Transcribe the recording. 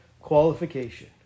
qualification